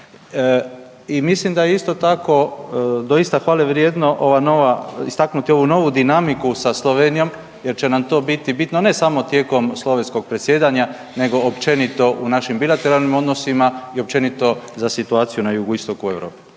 I mislim da je isto tako doista hvale vrijedno ova nova, istaknuti ovu novu dinamiku sa Slovenijom jer će nam to biti bitno ne samo tijekom slovenskog predsjedanja nego općenito u našim bilateralnim odnosima i općenito za situaciju na jugoistoku Europe.